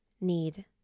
need